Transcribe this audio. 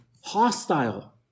hostile